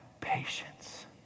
patience